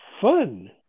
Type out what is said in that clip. fun